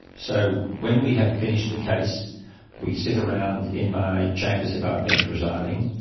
so when we have finished a case we sit around in my chambers if i've been presiding,